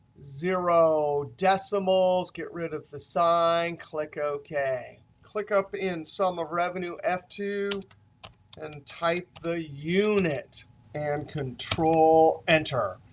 zero decimals, get rid of the sign, click ok. click up in some of revenue f two and type the unit and control enter.